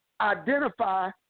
Identify